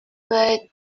but